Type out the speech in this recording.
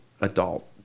adult